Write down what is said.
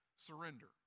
surrender